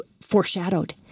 foreshadowed